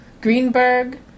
Greenberg